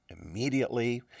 immediately